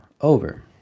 over